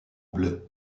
bleu